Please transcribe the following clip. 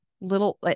little